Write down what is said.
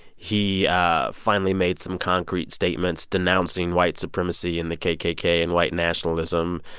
he finally made some concrete statements denouncing white supremacy and the kkk and white nationalism.